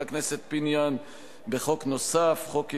מי